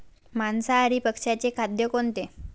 मांसाहारी पक्ष्याचे खाद्य कोणते?